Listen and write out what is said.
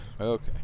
Okay